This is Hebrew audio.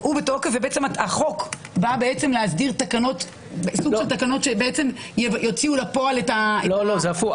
הוא בתוקף והחוק בא להסדיר תקנות שיוציאו לפועל --- זה הפוך.